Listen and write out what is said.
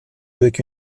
avec